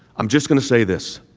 i'm just going to say this